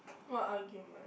what argument